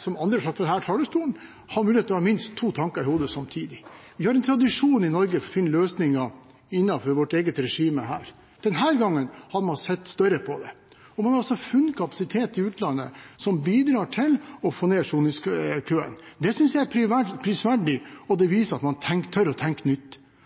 som andre har sagt fra denne talerstolen, ha mulighet til å ha minst to tanker i hodet samtidig. Vi har en tradisjon her i Norge for å finne løsninger innenfor vårt eget regime. Denne gangen har man sett større på det – man har funnet kapasitet i utlandet som bidrar til å få ned soningskøen. Det synes jeg er prisverdig, og det viser at man tør å tenke nytt.